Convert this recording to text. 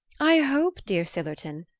i hope, dear sillerton,